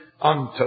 Unto